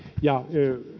ja